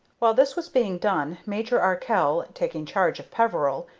while this was being done, major arkell, taking charge of peveril,